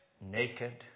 naked